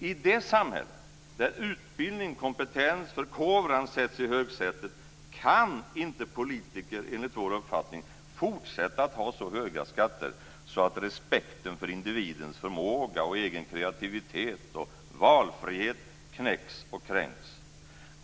I det samhälle där utbildning, kompetens och förkovran sätts i högsätet kan inte politiker, enligt vår uppfattning, fortsätta att ha så höga skatter att respekten för individens förmåga, egen kreativitet och valfrihet knäcks och kränks.